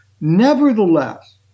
nevertheless